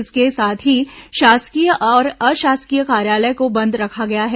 इसके साथ ही शासकीय और अशासकीय कार्यालय को बंद रखा गया है